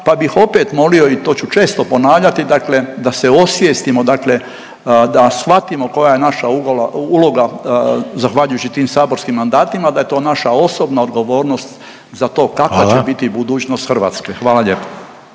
pa bih opet molio i to ću često ponavljati dakle da se osvijestimo dakle, da shvatimo koja je naša uloga zahvaljujući tim saborskim mandatima, da je to naša osobna odgovornost za to …/Upadica Reiner: Hvala./… kakva će biti budućnost Hrvatske. Hvala lijepo.